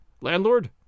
Landlord